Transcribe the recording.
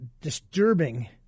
disturbing